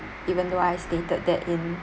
even though I stated that in